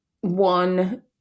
one